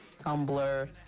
Tumblr